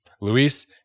Luis